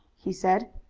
he said.